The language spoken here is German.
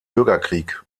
bürgerkrieg